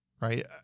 Right